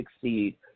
succeed